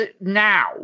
now